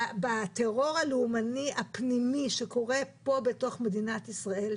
בטרור הלאומני הפנימי שקורה פה בתוך מדינת ישראל,